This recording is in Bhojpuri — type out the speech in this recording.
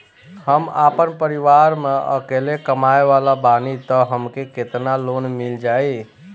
हम आपन परिवार म अकेले कमाए वाला बानीं त हमके केतना लोन मिल जाई?